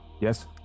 yes